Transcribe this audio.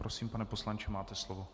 Prosím, pane poslanče, máte slovo.